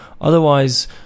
Otherwise